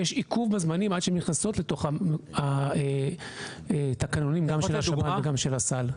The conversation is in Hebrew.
יש עיכוב בזמנים עד שהן נכנסות לתוך התקנונים גם של השב"ן וגם של הסל.